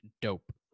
dope